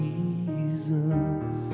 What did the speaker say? Jesus